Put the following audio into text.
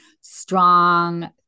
strong